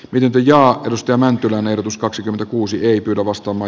nyt ajo opetusta mäntylän erotus kaksikymmentäkuusi ei lavastama